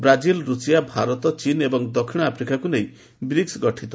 Brazil Russia Bharat ଚୀନ୍ ଏବଂ ଦକ୍ଷିଣ ଆଫ୍ରିକାକୁ ନେଇ ବ୍ରିକ୍ସ ଗଠିତ